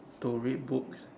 to read books